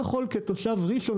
כתושב ראשון,